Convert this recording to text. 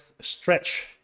Stretch